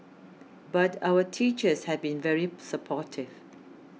but our teachers have been very supportive